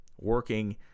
working